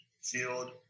field